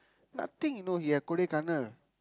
nothing you know he at Kodaikanal